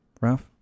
Ralph